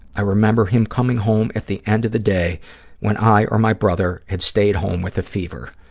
i remember him coming home at the end of the day when i or my brother had stayed home with a fever.